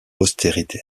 postérité